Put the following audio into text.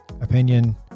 opinion